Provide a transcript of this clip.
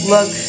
Look